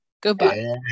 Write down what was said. Goodbye